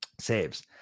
saves